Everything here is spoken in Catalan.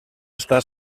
estar